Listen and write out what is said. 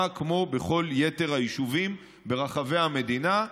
כמו בכל יתר היישובים ברחבי המדינה,